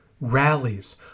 rallies